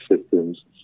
systems